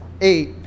eight